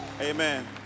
Amen